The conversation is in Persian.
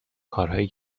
کارهایی